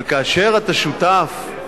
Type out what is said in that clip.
אבל כאשר אתה שותף,